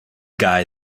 guy